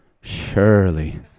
surely